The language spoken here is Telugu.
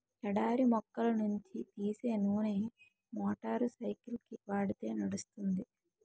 ఎడారి మొక్కల నుంచి తీసే నూనె మోటార్ సైకిల్కి వాడితే నడుస్తుంది